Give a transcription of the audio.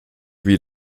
wie